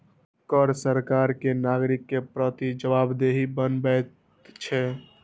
कर सरकार कें नागरिक के प्रति जवाबदेह बनबैत छै